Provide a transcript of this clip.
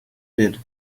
did